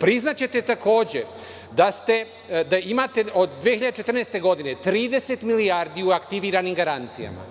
Priznaćete takođe da imate od 2014. godine 30 milijardi u aktiviranim garancijama,